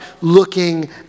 looking